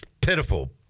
pitiful